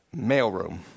Mailroom